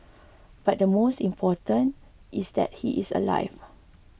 but the most important is that he is alive